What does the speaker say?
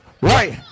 right